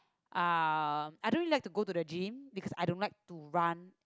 um I don't really like to go to the gym because I don't like to run